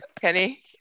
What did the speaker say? Kenny